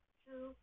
two